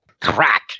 crack